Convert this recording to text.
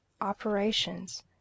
operations